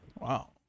Wow